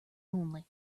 only